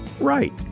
Right